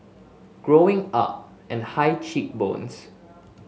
Growing Up and high cheek bones